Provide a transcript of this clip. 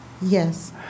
Yes